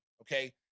okay